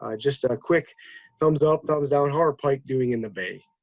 ah just a quick thumbs up, thumbs down, how are pikes doing in the bay.